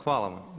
Hvala vam.